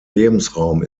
lebensraum